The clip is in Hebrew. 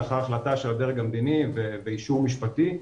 לאחר החלטה של הדרג המדיני ואישור משפטי,